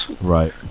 Right